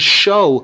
show